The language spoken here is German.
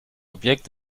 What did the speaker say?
objekt